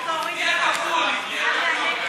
צריך להוריד קול אחד מהנגד.